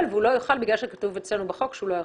והוא לא יוכל בגלל שכתוב אצלנו בחוק שהוא לא יכול.